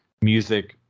music